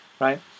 right